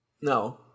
No